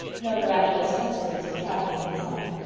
no miraculous consequence of travelling in the summer.